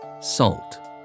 Salt